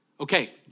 Okay